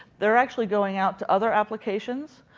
they're actually going out to other applications.